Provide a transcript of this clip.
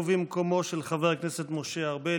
במקומו של חבר הכנסת משה ארבל,